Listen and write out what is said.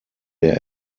der